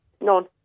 None